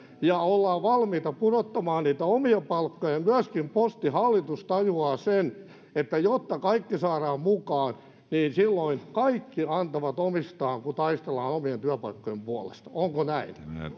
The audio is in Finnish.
ja ollaan valmiita pudottamaan omia palkkoja myöskin postin hallitus tajuaa sen että jotta kaikki saadaan mukaan niin silloin kaikki antavat omistaan kun taistellaan omien työpaikkojen puolesta onko näin